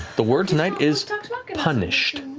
the word tonight is punished.